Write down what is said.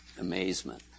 Amazement